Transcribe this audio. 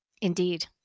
Indeed